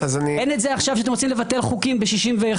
אין את זה עכשיו שאתם רוצים לבטל חוקים ב-61,